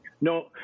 No